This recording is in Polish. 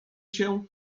się